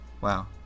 Wow